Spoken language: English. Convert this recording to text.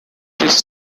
this